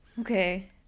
Okay